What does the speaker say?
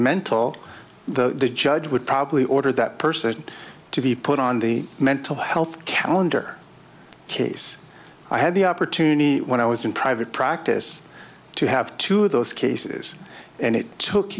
mental the judge would probably order that person to be put on the mental health calendar case i had the opportunity when i was in private practice to have to those cases and it took